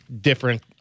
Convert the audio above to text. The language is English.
different